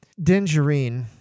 Dingerine